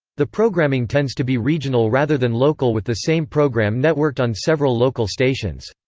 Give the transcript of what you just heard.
the programming tends to be regional rather than local with the same programme networked on several local stations.